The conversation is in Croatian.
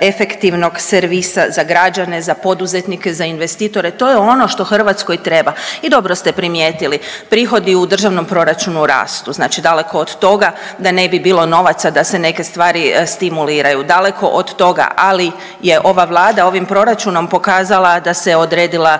efektivnog servisa za građane, za poduzetnike, za investitore to je ono što Hrvatskoj treba. I dobro ste primijetili, prihodi u Državnom proračunu rastu, znači daleko od toga da ne bi bilo novaca da se neke stvari stimuliraju, daleko od toga, ali je ova Vlada ovim proračunom pokazala da se odredila